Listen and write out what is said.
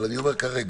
אבל אני אומר כרגע: